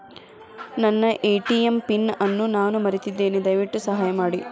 ನನ್ನ ATM PIN ಅನ್ನು ನಾನು ಮರೆತಿದ್ದೇನೆ, ದಯವಿಟ್ಟು ಸಹಾಯ ಮಾಡಿ